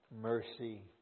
mercy